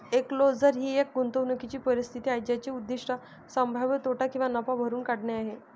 enclosure ही एक गुंतवणूकीची परिस्थिती आहे ज्याचे उद्दीष्ट संभाव्य तोटा किंवा नफा भरून काढणे आहे